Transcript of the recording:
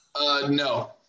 No